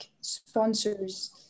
sponsors